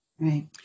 Right